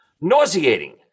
nauseating